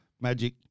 Magic